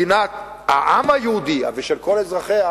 מדינת העם היהודי ושל כל אזרחיה,